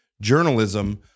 journalism